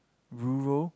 Europe